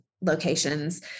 locations